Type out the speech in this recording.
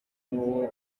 n’uwo